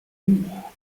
buch